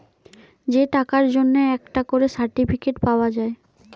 যে টাকার জন্যে একটা করে সার্টিফিকেট পাওয়া যায়